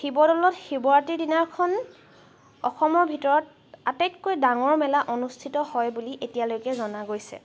শিৱদৌলত শিৱৰাত্ৰীৰ দিনাখন অসমৰ ভিতৰত আটাইতকৈ ডাঙৰ মেলা অনুষ্ঠিত হয় বুলি এতিয়ালৈকে জনা গৈছে